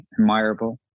admirable